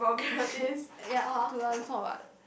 ya for what